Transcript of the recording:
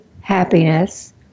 happiness